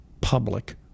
public